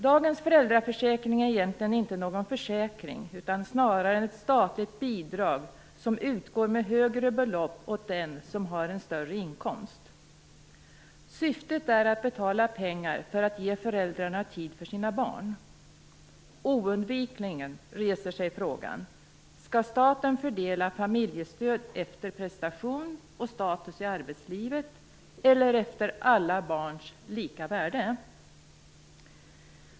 Dagens föräldraförsäkring är egentligen inte någon "försäkring" - snarare ett statligt bidrag som utgår med högre belopp till den som har en större inkomst. Syftet är att betala pengar för att ge föräldrarna tid för sina barn. Oundvikligen reser sig frågan: Skall staten fördela familjestöd efter prestation och status i arbetslivet eller efter alla barns lika värde?